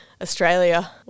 Australia